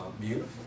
beautiful